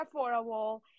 affordable